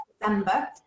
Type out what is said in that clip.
December